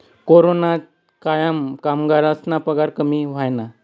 कोरोनाना कायमा कामगरस्ना पगार कमी व्हयना